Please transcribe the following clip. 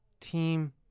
team